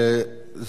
לא פחות ולא יותר.